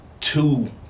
two